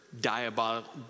diabolical